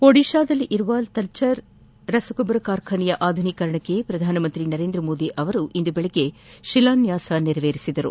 ಒಡಿತಾದಲ್ಲಿರುವ ತಲ್ಟಾರ್ ರಸಗೊಬ್ಬರ ಕಾರ್ಖಾನೆ ಆಧುನೀಕರಣಕ್ಕೆ ಪ್ರಧಾನಮಂತ್ರಿ ನರೇಂದ್ರಮೋದಿ ಇಂದು ಬೆಳಗ್ಗೆ ಶಿಲಾನ್ವಾಸ ನೆರವೇರಿಸಿದರು